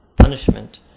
punishment